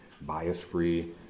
bias-free